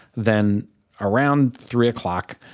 then around three o'clock,